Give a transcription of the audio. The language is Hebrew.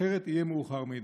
אחרת יהיה מאוחר מדי.